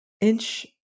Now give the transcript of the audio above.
inch